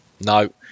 no